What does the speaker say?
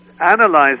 analyze